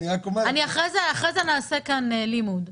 אחר כך נעשה כאן לימוד.